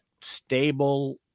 stable